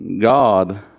God